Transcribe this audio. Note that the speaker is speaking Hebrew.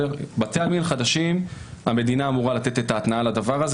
בבתי עלמין חדשים המדינה אמורה לתת את ההתנעה לדבר הזה